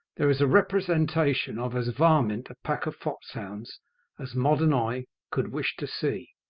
there is a representation of as varmint a pack of foxhounds as modern eye could wish to see.